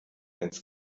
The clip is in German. ins